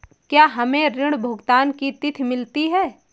क्या हमें ऋण भुगतान की तिथि मिलती है?